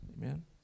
Amen